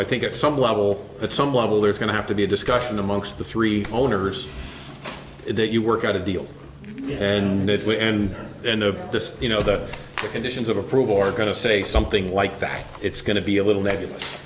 i think at some level at some level there's going to have to be a discussion amongst the three owners if you work out a deal and if we end this you know the conditions of approval are going to say something like that it's going to be a little nebulous